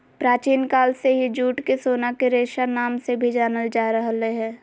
प्राचीन काल से ही जूट के सोना के रेशा नाम से भी जानल जा रहल हय